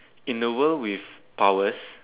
in the world with powers